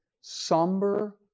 somber